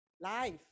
life